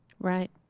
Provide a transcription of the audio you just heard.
Right